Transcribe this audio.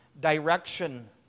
direction